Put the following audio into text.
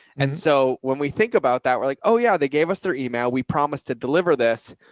and so when we think about that, we're like, oh yeah, they gave us their email. we promise to deliver this.